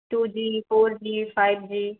two G four G five G